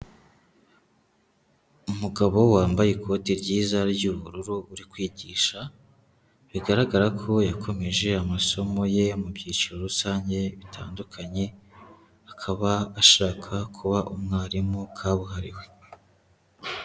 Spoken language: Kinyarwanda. Umugabo wambaye ikote ryiza ry'ubururu uri kwigisha, bigaragara ko yakomeje amasomo ye mu byiciro rusange bitandukanye, akaba ashaka kuba umwarimu kabuhariwe.